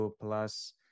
plus